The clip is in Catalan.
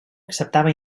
acceptava